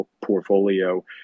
portfolio